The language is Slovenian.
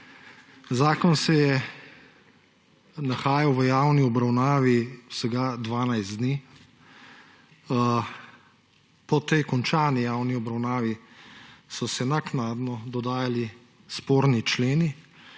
Zakon se je nahajal v javni obravnavi vsega 12 dni, po tej končani javni obravnavi so se naknadno dodajali sporni členi,